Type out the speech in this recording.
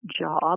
job